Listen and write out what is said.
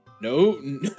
No